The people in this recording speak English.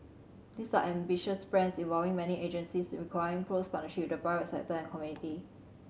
these are ambitious plans involving many agencies and requiring close partnership with the private sector and community